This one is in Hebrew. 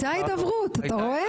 הייתה הידברות, אתה רואה?